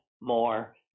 more